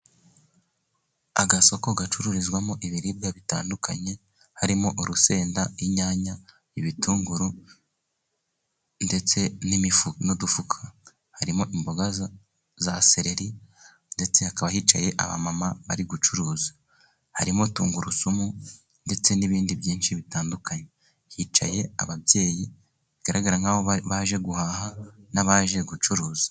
Agasoko gacururizwamo ibiribwa bitandukanye harimo urusenda, inyanya, ibitunguru ndetse n'udufuka. Harimo imboga za seleri, ndetse hakaba hicaye abamama bari gucuruza, harimo tungurusumu ndetse n'ibindi byinshi bitandukanye, hicaye ababyeyi bigaragara nk'aho baje guhaha n'abaje gucuruza.